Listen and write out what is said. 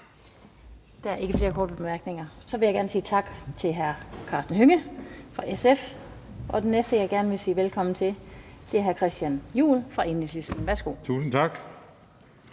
Der er ikke flere korte bemærkninger. Jeg vil gerne sige tak til hr. Karsten Hønge fra SF. Den næste, jeg gerne vil sige velkommen til, er hr. Christian Juhl fra Enhedslisten. Værsgo. Kl.